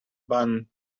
bun